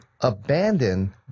abandon